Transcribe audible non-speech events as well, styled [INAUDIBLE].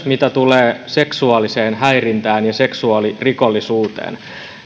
[UNINTELLIGIBLE] mitä tulee myös seksuaaliseen häirintään ja seksuaalirikollisuuteen